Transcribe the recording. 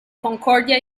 concordia